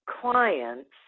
clients